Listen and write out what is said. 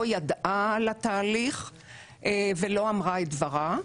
לא ידעה על התהליך ולא אמרה את דברה.